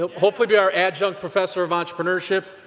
ah hopefully be our adjunct professor of entrepreneurship,